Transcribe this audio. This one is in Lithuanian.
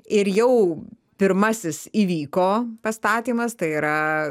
ir jau pirmasis įvyko pastatymas tai yra